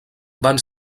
van